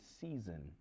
season